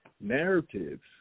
narratives